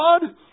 God